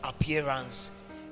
appearance